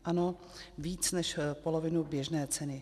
Ano, víc než polovinu běžné ceny.